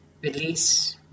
Release